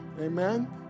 Amen